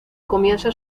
comienza